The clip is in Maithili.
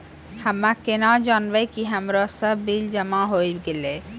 हम्मे केना जानबै कि हमरो सब बिल जमा होय गैलै?